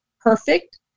perfect